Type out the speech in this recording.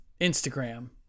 Instagram